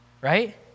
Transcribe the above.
right